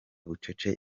bucece